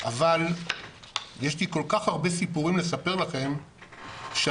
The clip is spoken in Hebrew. אבל יש לי כל כך הרבה סיפורים לספר לכם שהשערות